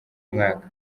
mwaka